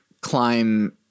climb